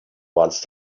once